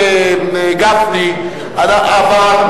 ברשימת גפני, עבר.